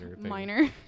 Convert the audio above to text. minor